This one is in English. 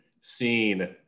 seen